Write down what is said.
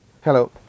Hello